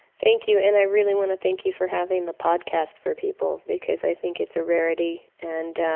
thank you and i really want to thank you for having the podcast for people because i think it's a rarity and